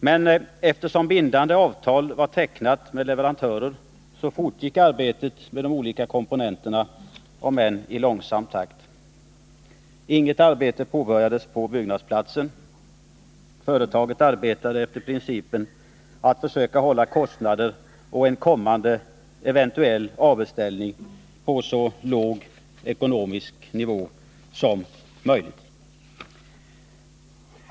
Men eftersom bindande avtal var tecknade med leverantörer fortgick arbetet med de olika komponenterna, om än i långsam takt. Inget arbete påbörjades dock på byggnadsplatsen. Företaget arbetade efter principen att försöka hålla kostnader och en eventuell kommande avbeställning på så låg ekonomisk nivå som möjligt.